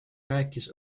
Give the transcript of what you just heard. rääkis